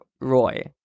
Roy